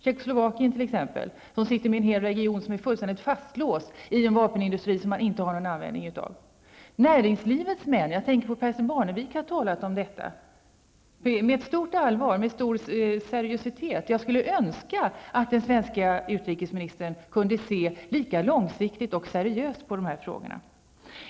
Det gäller t.ex. Tjeckoslovakien, som befinner sig i en region vilken är fullständigt fastlåst i en vapenindustri som man inte har någon användning av. Näringslivets män -- jag tänker på Percy Barnevik -- har talat om detta med stort allvar och med stor seriositet. Jag skulle önska att utrikesministern kunde se lika långsiktigt och seriöst på dessa frågor.